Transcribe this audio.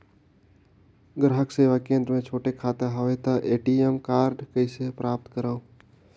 ग्राहक सेवा केंद्र मे छोटे खाता हवय त ए.टी.एम कारड कइसे प्राप्त करव?